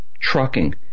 trucking